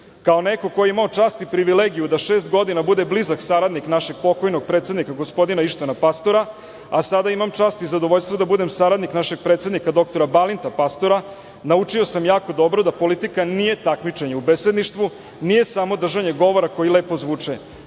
Kao neko ko je imao čast i privilegiju da šest godina bude blizak saradnik našeg pokojnog predsednika gospodina Ištvana Pastora, a sada imam čast i zadovoljstvo da budem saradnik našeg predsednika dr Balinta Pastora, naučio sam jako dobro da politika nije takmičenje u besedništvu, nije samo držanje govora koji lepo zvuče.